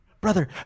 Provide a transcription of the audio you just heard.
brother